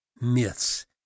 myths